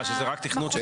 בכולן זה רק תכנות?